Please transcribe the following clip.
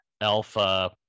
alpha